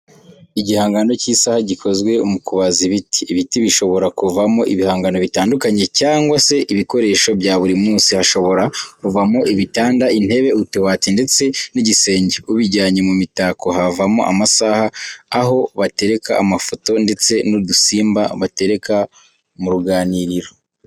Igihangano cy'isaha gikozwe mu kubaza ibiti. Ibiti bishobora kuvamo ibihangano bitandukanye cyangwa se ibikoresho bya buri munsi, hashobora kuvamo ibitanda, intebe, utubati ndetse n'igisenge, ubijyanye mu mitako havamo amasaha, aho batereka amafoto ndetse n'udusimba batereka mu ruganiriro.